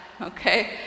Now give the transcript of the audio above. okay